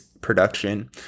production